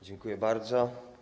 Dziękuję bardzo.